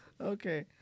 Okay